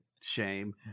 Shame